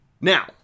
now